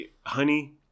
Honey